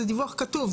זה דיווח כתוב,